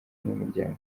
n’umuryango